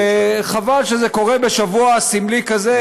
וחבל שזה קורה בשבוע סמלי כזה,